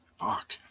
Fuck